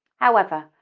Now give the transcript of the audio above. however,